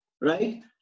right